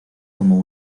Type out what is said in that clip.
como